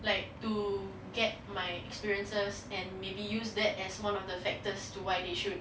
like to get my experiences and maybe use that as one of the factors to why they should